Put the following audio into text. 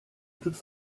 toute